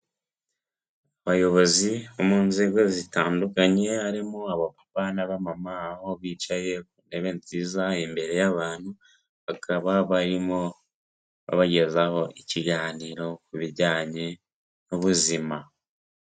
Abayobozi mu nzego zitandukanye, harimo abapapa n'abamama aho bicaye ku ntebe nziza imbere y'abantu, bakaba barimo babagezaho ikiganiro ku bijyanye n'ubuzima.